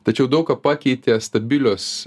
tačiau daug ką pakeitė stabilios